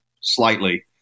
slightly